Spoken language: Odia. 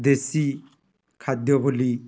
ଦେଶୀ ଖାଦ୍ୟ ବୋଲି